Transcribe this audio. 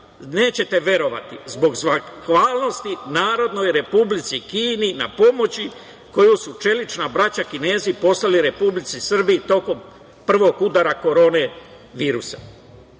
nećete verovati, zbog zahvalnosti Narodnoj Republici Kini na pomoći koju su čelična braća Kinezi poslali Republici Srbiji tokom prvog udara Korona virusa.